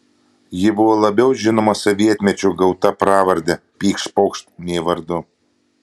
ji buvo labiau žinoma sovietmečiu gauta pravarde pykšt pokšt nei vardu